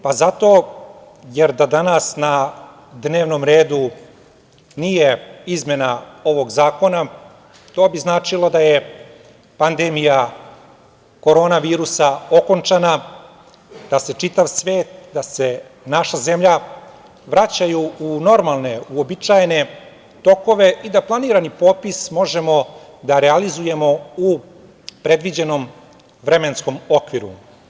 Pa, zato jer da danas na dnevnom redu nije izmena ovog zakona to bi značilo da je pandemija koronavirusa okončana, da se čitav svet, da se naša zemlja vraćaju u normalne, uobičajene tokove i da planirani popis možemo da realizujemo u predviđenom vremenskom okviru.